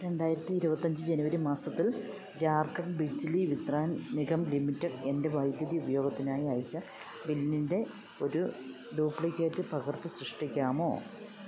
രണ്ടായിരത്തി ഇരുപത്തിയഞ്ച് ജനുവരി മാസത്തിൽ ജാർഖണ്ഡ് ബിജ്ലി വിത്രാൻ നിഗം ലിമിറ്റഡ് എൻ്റെ വൈദ്യുതി ഉപയോഗത്തിനായി അയച്ച ബില്ലിൻ്റെ ഒരു ഡ്യൂപ്ലിക്കേറ്റ് പകർപ്പ് സൃഷ്ടിക്കാമോ